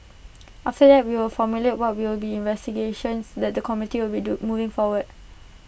after that we will formulate what will be the investigations that the committee will do moving forward